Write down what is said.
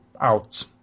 out